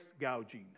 gouging